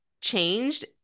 changed